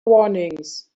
warnings